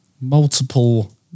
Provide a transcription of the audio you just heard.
multiple